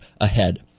ahead